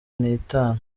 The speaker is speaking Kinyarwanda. n’itanu